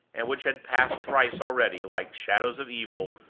and which had passed thrice already, like shadows of evil,